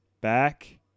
back